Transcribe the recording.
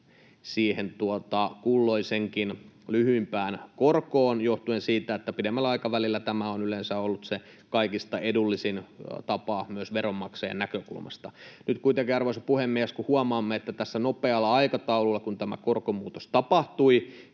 siihen kulloiseenkin lyhyimpään korkoon johtuen siitä, että pidemmällä aikavälillä tämä on yleensä ollut se kaikista edullisin tapa myös veronmaksajien näkökulmasta. Nyt kuitenkin, arvoisa puhemies, kun huomaamme, että tässä nopealla aikataululla tämä korkomuutos tapahtui,